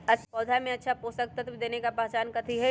पौधा में अच्छा पोषक तत्व देवे के पहचान कथी हई?